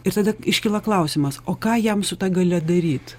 ir tada iškyla klausimas o ką jam su ta galia daryt